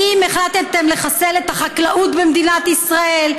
האם החלטתם לחסל את החקלאות במדינת ישראל?